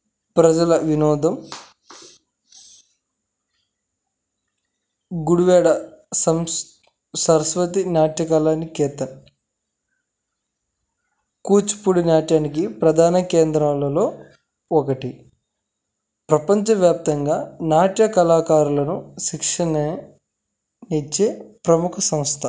ప్రజల వినోదం గుడివాడ సరస్వతి నాట్య కళానికేతన్ కూచిపూడి నాట్యానికి ప్రధాన కేంద్రాలలో ఒకటి ప్రపంచవ్యాప్తంగా నాట్య కళాకారులను శిక్షణ ఇచ్చే ప్రముఖ సంస్థ